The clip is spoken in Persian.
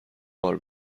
بار